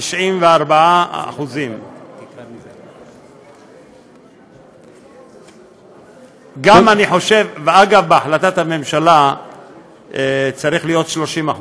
31.94%. אגב, לפי החלטת הממשלה צריך להיות 30%,